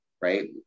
right